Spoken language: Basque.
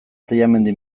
tellamendi